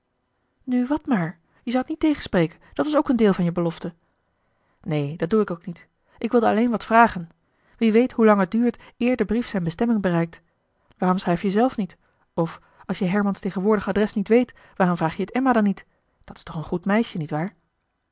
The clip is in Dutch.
nu wat maar je zoudt niet tegenspreken dat was ook een deel van je belofte neen dat doe ik ook niet ik wilde alleen wat vragen wie weet hoelang het duurt eer de brief zijne bestemming bereikt waarom schrijf je zelf niet of als je hermans tegenwoordig adres niet weet waarom vraag je het emma dan niet dat is toch een goed meisje niet waar